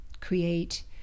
create